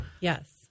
Yes